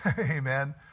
amen